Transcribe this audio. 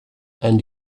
and